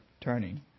turning